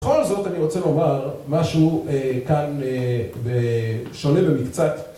‫בכל זאת, אני רוצה לומר משהו כאן ‫שונה במקצת.